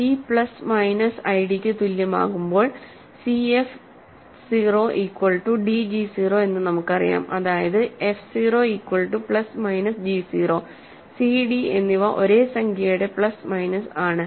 C plus minus ഐഡിക്ക് തുല്യമാകുമ്പോൾ CF 0 equal to DG 0 എന്ന് നമുക്കറിയാം അതായത് F 0 equal to plus minus G 0 C D എന്നിവ ഒരേ സംഖ്യയുടെ പ്ലസ് മൈനസ് ആണ്